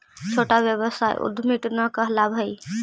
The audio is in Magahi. छोटा व्यवसाय उद्यमीट न कहलावऽ हई